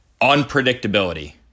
unpredictability